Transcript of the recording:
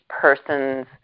person's